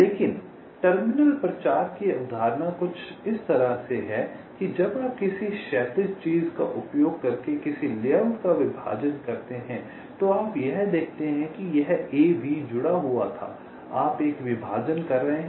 लेकिन टर्मिनल प्रचार की अवधारणा कुछ इस तरह है कि जब आप किसी क्षैतिज चीज़ का उपयोग करके किसी लेआउट का विभाजन करते हैं तो आप यह देखते हैं यह AB जुड़ा हुआ था आप एक विभाजन कर रहे हैं